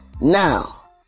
Now